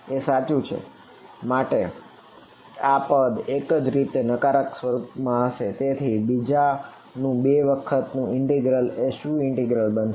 2D divergence બનશે